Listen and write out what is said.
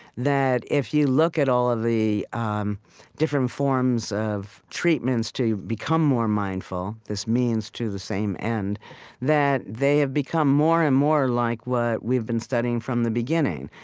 that if you look at all of the um different forms of treatments to become more mindful this means to the same end that they have become more and more like what we've been studying from the beginning.